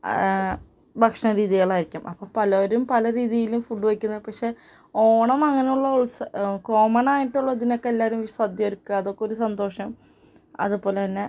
ഭക്ഷണ രീതികളായിരിക്കും അപ്പം പലവരും പല രീതിയിലും ഫുഡ് വയ്ക്കുന്നത് പക്ഷേ ഓണം അങ്ങനെയുള്ള ഉത്സവം കോമൺ ആയിട്ടുള്ളതിനൊക്കെ എല്ലാവരും സദ്യ ഒരുക്കുക അതൊക്കെ ഒരു സന്തോഷം അതുപോലെ തന്നെ